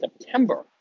September